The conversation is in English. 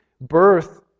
birth